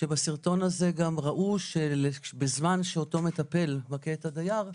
שבסרטון הזה גם ראו שבזמן שאותו מטפל מכה את הדייר,